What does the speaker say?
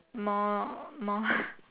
more more